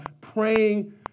praying